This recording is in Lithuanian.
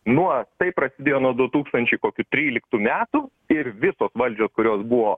nuo tai prasidėjo nuo du tūkstančiai kokių tryliktų metų ir visos valdžios kurios buvo